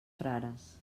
frares